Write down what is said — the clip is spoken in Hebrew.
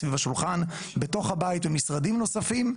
סביב השולחן בתוך הבית ומשרדים נוספים,